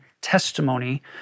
testimony